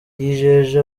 yijeje